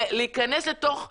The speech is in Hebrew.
להיכנס לתוך הקרביים,